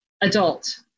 adult